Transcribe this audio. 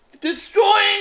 Destroying